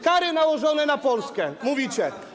Kary nałożone na Polskę - mówicie.